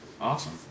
Awesome